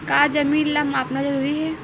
का जमीन ला मापना जरूरी हे?